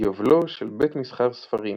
יובלו של בית מסחר ספרים,